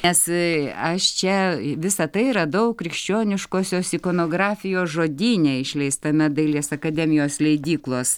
nes e aš čia visą tai radau krikščioniškosios ikonografijos žodyne išleistame dailės akademijos leidyklos